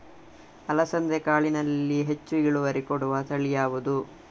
ಅಲಸಂದೆ ಕಾಳಿನಲ್ಲಿ ಹೆಚ್ಚು ಇಳುವರಿ ಕೊಡುವ ತಳಿ ಯಾವುದು?